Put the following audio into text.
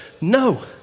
No